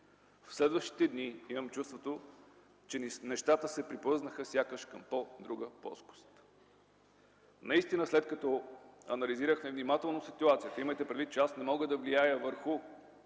в следващите дни имам чувството, че нещата се приплъзнаха сякаш към по-друга плоскост. След като анализираха внимателно ситуацията – имайте предвид, че аз не мога да влияя върху